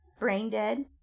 Braindead